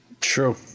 True